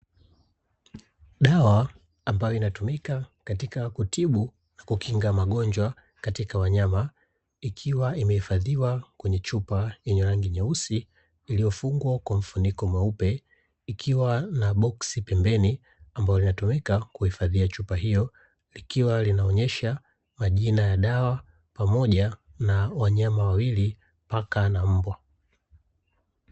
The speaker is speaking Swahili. Dawa ambayo inatumika katika kutibu na kukinga magonjwa katika wanyama, ikiwa imehifadhiwa kwenye chupa yenye rangi nyeusi iliyofungwa kwa mfuniko mweupe. Ikiwa na boksi pembeni ambalo linatumika kuhifadhia chupa hiyo, likiwa linaonesha majina ya dawa pamoja na wanyama wawili (Paka na Mbwa).